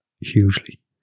hugely